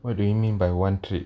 what do you mean by one trip